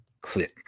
clip